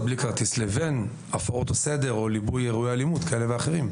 בלי כרטיס לבין הפרות הסדר או ליבוי אירועי אלימות כאלו ואחרים.